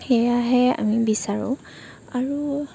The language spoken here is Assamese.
সেয়াহে আমি বিচাৰোঁ আৰু